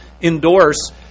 endorse